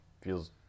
feels